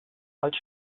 als